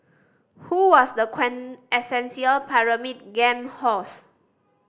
who was the quintessential Pyramid Game host